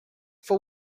for